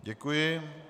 Děkuji.